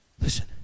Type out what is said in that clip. listen